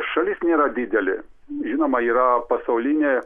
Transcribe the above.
šalis nėra didelė žinoma yra pasaulinė